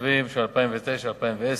תקציבים של 2009 2010,